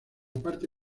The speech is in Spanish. parte